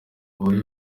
babe